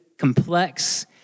complex